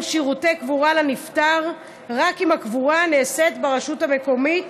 שירותי קבורה לנפטר רק אם הקבורה נעשית ברשות המקומית